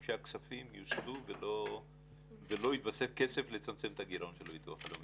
שהכספים יוסתו ולא יתווסף כסף לצמצם את הגירעון של הביטוח הלאומי.